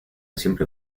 siempre